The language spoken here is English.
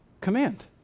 command